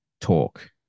talk